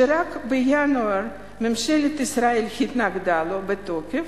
שרק בינואר ממשלת ישראל התנגדה לו בתוקף,